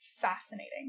fascinating